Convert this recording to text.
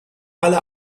alle